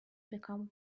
become